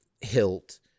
hilt